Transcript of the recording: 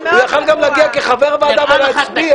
הוא גם יכול היה להגיע כחבר ועדה ולהצביע,